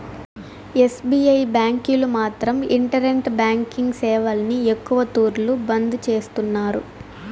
SBI బ్యాంకీలు మాత్రం internet banking సేవల్ని ఎక్కవ తూర్లు బంద్ చేస్తున్నారు